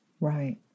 Right